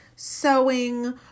sewing